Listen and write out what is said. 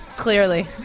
clearly